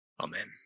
Amen